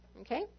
Okay